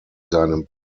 seinem